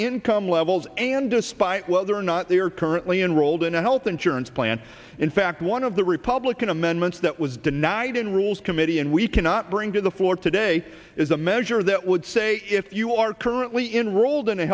income levels and despite whether or not they are currently enrolled in a health insurance plan in fact one of the republican amendments that was denied in rules committee and we cannot bring to the floor today is a measure that would say if you are currently in rolled in